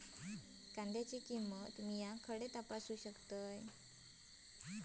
कांद्याची किंमत मी खडे तपासू शकतय?